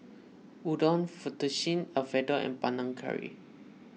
Udon Fettuccine Alfredo and Panang Curry